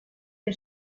que